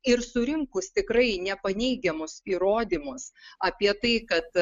ir surinkus tikrai nepaneigiamus įrodymus apie tai kad